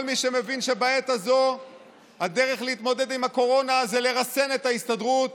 כל מי שמבין שבעת הזו הדרך להתמודד עם הקורונה זה לרסן את ההסתדרות,